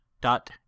dot